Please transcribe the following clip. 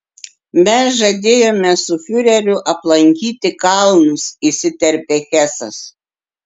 mes žadėjome su fiureriu aplankyti kalnus įsiterpė hesas